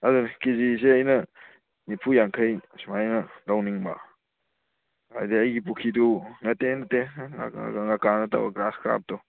ꯑꯗꯨꯅꯤ ꯀꯦꯖꯤꯁꯤ ꯑꯩꯅ ꯅꯤꯐꯨ ꯌꯥꯡꯈꯩ ꯁꯨꯃꯥꯏꯅ ꯂꯧꯅꯤꯡꯕ ꯍꯥꯥꯏꯗꯤ ꯑꯩꯒꯤ ꯄꯨꯈ꯭ꯔꯤꯗꯨ ꯅꯠꯇꯦ ꯅꯠꯇꯦ ꯉꯥꯀ꯭ꯔꯥ ꯅꯠꯇꯕ ꯒ꯭ꯔꯥꯁ ꯀꯥꯞꯇꯣ